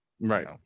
Right